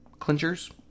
clinchers